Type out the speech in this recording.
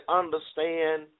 understand